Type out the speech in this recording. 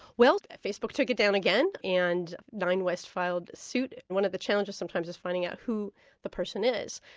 well, facebook took it down again, and nine west filed suit. one of the challenges sometimes is finding out who the person is.